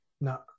No